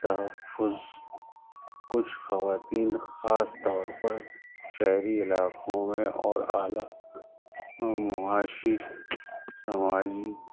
تحفظ کچھ خواتین خاص طور پر شہری علاقوں میں اور اعلیٰ معاشی سماجی